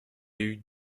eut